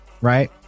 Right